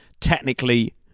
Technically